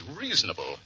reasonable